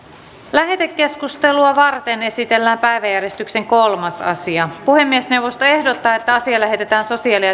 lähetekeskustelua varten esitellään päiväjärjestyksen kolmas asia puhemiesneuvosto ehdottaa että asia lähetetään sosiaali